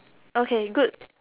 okay good